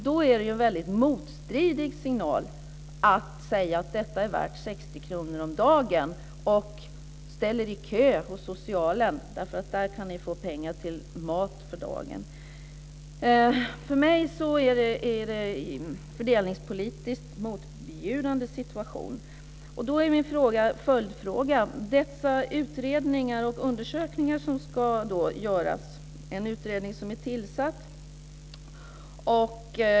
Det är en väldigt motstridig signal att då säga att detta är värt 60 kr om dagen och att ni får ställa er i kö hos socialen därför att där kan ni få pengar till mat för dagen. För mig är detta en fördelningspolitiskt motbjudande situation. Då har jag en följdfråga. Det ska göras utredningar och undersökningar, och det har redan tillsatts en utredning.